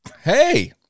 hey